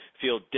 feel